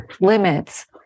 limits